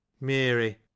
Mary